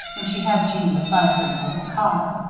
when she had jeanne beside her in the little car.